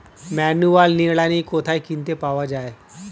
Manual নিড়ানি কোথায় কিনতে পাওয়া যায়?